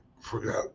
forgot